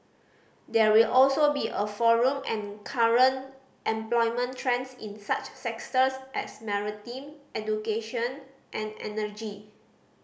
there will also be a forum and current employment trends in such as maritime education and energy